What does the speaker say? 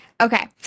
Okay